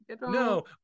no